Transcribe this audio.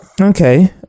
Okay